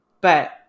but-